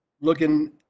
looking